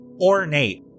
ornate